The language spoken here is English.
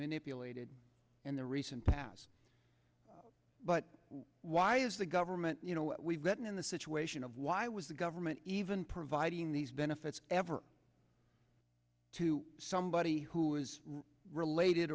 manipulated in the recent past but why is the government you know what we read in the situation of why was the government even providing these benefits ever to somebody who is related